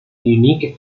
unique